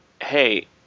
hey